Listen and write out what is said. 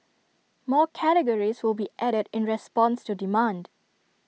more categories will be added in response to demand